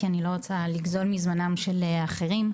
כי אני לא רוצה לגזול מזמנם של האחרים,